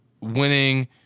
winning